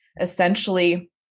essentially